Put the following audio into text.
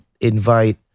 invite